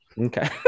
Okay